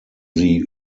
sie